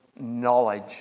knowledge